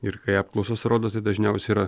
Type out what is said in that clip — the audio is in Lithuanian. ir kai apklausos rodo tai dažniausiai yra